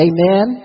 Amen